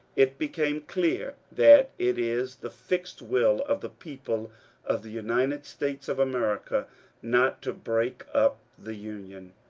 it became clear that it is the fixed will of the people of the united states of america not to break up the union,